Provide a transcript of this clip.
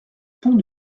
pont